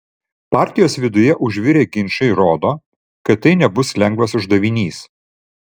partijos viduje užvirę ginčai rodo kad tai nebus lengvas uždavinys